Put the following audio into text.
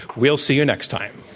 we'll see you next time.